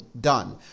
done